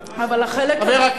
אני אתייחס אליו כחבר כנסת.